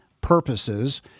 purposes